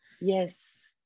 Yes